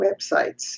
websites